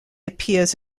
appears